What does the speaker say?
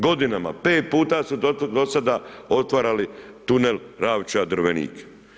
Godinama 5 puta su dosada otvarali tunel Ravča-Drvenik.